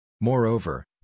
Moreover